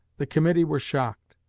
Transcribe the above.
the committee were shocked,